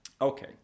Okay